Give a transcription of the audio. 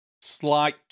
slight